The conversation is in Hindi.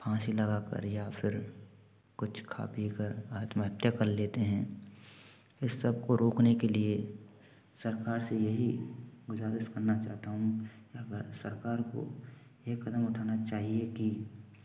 फांसी लगाकर या फ़िर कुछ खा पीकर आत्महत्या कर लेते हैं इस सबको रोकने के लिए सरकार से यही गुजारिश करना चाहता हूँ अगर सरकार को यह कदम उठाना चाहिए कि